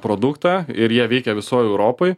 produktą ir jie veikia visoj europoj